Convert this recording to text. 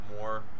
more